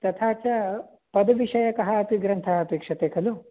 तथा च पदविषयकः अपि ग्रन्थः अपेक्षते खलु